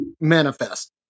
manifest